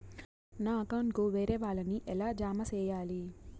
నా అకౌంట్ కు వేరే వాళ్ళ ని ఎలా జామ సేయాలి?